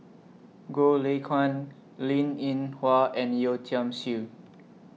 Goh Lay Kuan Linn in Hua and Yeo Tiam Siew